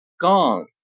gone